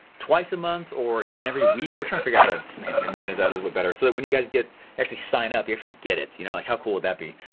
twice a month or even every week, we're trying to figure how to manage that little bit better. so that when you guys get actually sign up, you actually get it, you know, like how cool would that be?